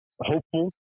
hopeful